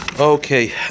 Okay